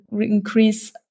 increase